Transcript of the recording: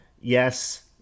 yes